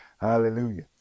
Hallelujah